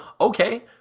okay